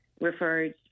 referred